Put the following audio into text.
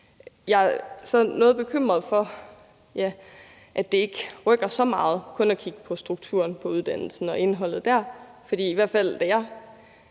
noget bekymret for, at det ikke rykker så meget kun at kigge på strukturen på uddannelsen og indholdet dér,